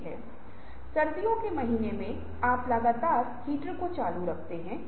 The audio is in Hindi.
इसलिए यह सभी विभागों पर लागू होता है